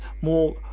more